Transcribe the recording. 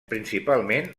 principalment